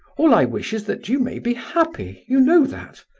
all i wish is that you may be happy, you know that.